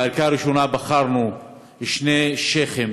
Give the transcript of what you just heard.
בערכאה הראשונה בחרנו שני שיח'ים